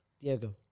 Diego